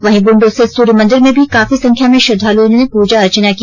वहीं बुंडू स्थित सूर्य मंदिर में भी काफी संख्या में श्रद्वालुओं ने पूजा अर्चना की